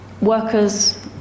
workers